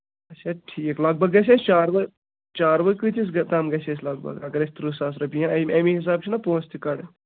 اچھا ٹھیٖک لگ بگ گژھِ اَسہِ چاروٲے چاروٲے کۭتِس گہ تام گژھِ اَسہِ لگ بگ اَگر أسۍ تٕرٛہ ساس رۄپیہِ یا اَمہِ اَمی حِسابہٕ چھِ نہ پونٛسہِ تہِ کَڑٕنۍ